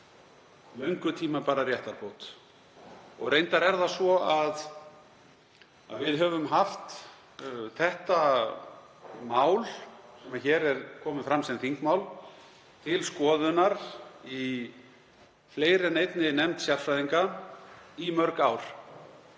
löngu tímabæra. Reyndar er það svo að við höfum haft það mál, sem hér er komið fram sem þingmál, til skoðunar í fleiri en einni nefnd sérfræðinga í mörg ár.